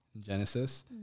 Genesis